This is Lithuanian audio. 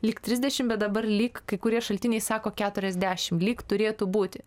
lyg trisdešim dabar lyg kai kurie šaltiniai sako keturiasdešim lyg turėtų būti